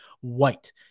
White